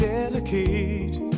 Delicate